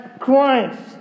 Christ